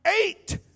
Eight